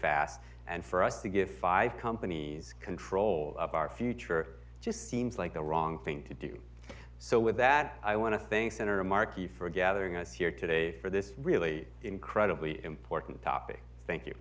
fast and for us to get five companies control of our future just seems like the wrong thing to do so with that i want to thank senator markey for gathering us here today for this really incredibly important topic thank you